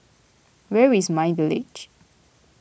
where is My Village